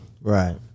Right